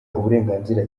uburenganzira